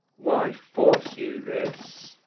why force you this?